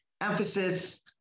emphasis